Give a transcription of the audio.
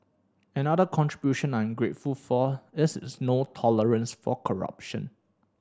another contribution I'm grateful for is his no tolerance for corruption